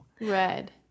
Red